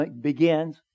begins